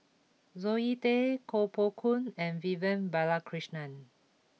Zoe Tay Koh Poh Koon and Vivian Balakrishnan